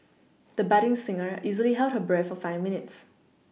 the budding singer easily held her breath for five minutes